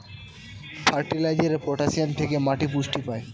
ফার্টিলাইজারে পটাসিয়াম থেকে মাটি পুষ্টি পায়